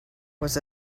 was